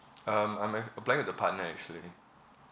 um I'm a~ applying with a partner actually